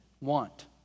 want